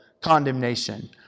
condemnation